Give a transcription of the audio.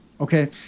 okay